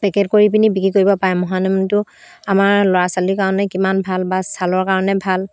packet কৰি পিনি বিক্ৰী কৰিব পাৰে মহানিমটো আমাৰ ল'ৰা ছোৱালীৰ কাৰণে কিমান ভাল বা ছালৰ কাৰণে ভাল